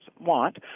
want